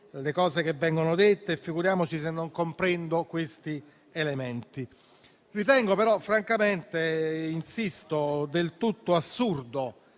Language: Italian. le cose che vengono dette e figuriamoci se non comprendo questi elementi. Ritengo però francamente del tutto assurdo